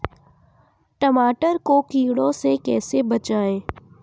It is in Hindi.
टमाटर को कीड़ों से कैसे बचाएँ?